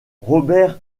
robert